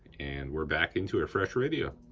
and we're back into a fresh radio.